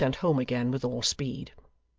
he was sent home again with all speed.